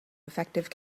effective